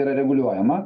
yra reguliuojama